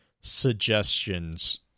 suggestions